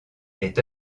est